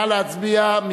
נא להצביע.